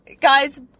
guys